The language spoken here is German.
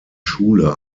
schule